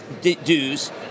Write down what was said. dues